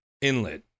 Inlet